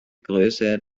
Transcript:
größe